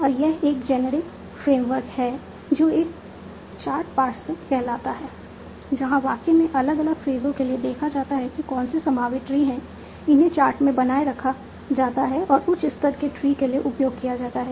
और एक generic framework है जो एक चार्ट पार्सर कहलाता है जहां वाक्य में अलग अलग फ्रेजों के लिए देखा जाता है कि कौन से संभावित ट्री हैं इन्हें चार्ट में बनाए रखा जाता है और उच्च स्तर के ट्री के लिए उपयोग किया जाता है